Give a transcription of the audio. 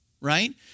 right